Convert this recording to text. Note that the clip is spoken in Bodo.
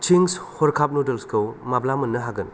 चिंस हरखाब नुदोल्सखौ माब्ला मोन्नो हागोन